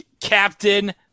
Captain